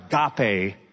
agape